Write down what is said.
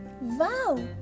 Wow